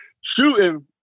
shooting